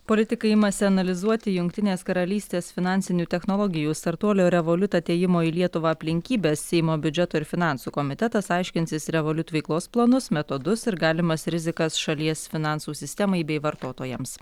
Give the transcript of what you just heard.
politikai imasi analizuoti jungtinės karalystės finansinių technologijų startuolio revoliut atėjimo į lietuvą aplinkybes seimo biudžeto ir finansų komitetas aiškinsis revoliut veiklos planus metodus ir galimas rizikas šalies finansų sistemai bei vartotojams